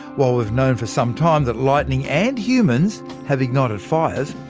while we've known for some time that lightning, and humans, have ignited fires,